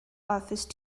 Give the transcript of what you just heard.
office